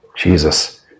Jesus